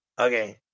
Okay